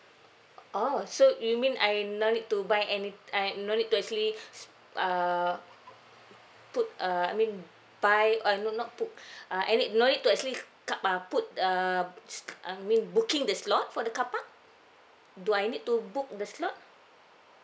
oh so you mean I no need to buy anyth~ I no need to actually s~ err put err I mean buy uh no not book uh I need no need to actually cup~ uh put uh s~ I mean booking the slot for the car park do I need to book the slot